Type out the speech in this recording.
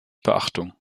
beachtung